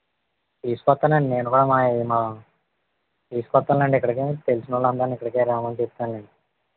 తీసుకొస్తానండి నేను కూడా మా మా తీసుకొస్తానులేండి ఇక్కడికే తెలిసిన వాళ్ళందరిని ఇక్కడకే రమ్మని చెప్తానులేండి